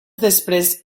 després